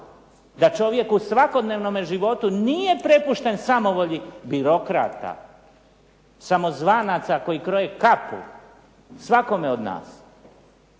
da čovjek u svakodnevnom životu nije prepušten samovolji birokrata, samozvanaca koji kroje kapu svakome od nas